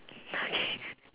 okay